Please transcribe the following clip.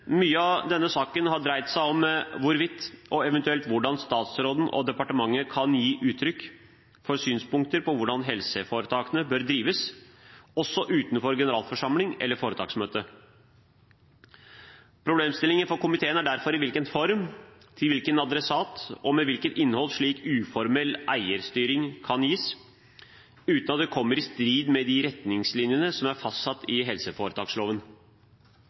Mye av denne saken har dreid seg om hvorvidt, og eventuelt hvordan, statsråden og departementet kan gi uttrykk for synspunkter på hvordan helseforetakene bør drives, også utenfor generalforsamling eller foretaksmøte. Problemstillingen for komiteen er derfor i hvilken form, til hvilken adressat og med hvilket innhold slik uformell eierstyring kan gis uten at det kommer i strid med de retningslinjene som er fastsatt i helseforetaksloven.